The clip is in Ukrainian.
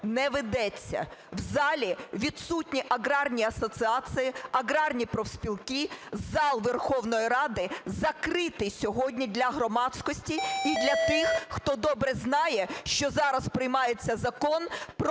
не ведеться. В залі відсутні аграрні асоціації, аграрні профспілки, зал Верховної Ради закритий сьогодні для громадськості і для тих, хто добре знає, що зараз приймається Закон про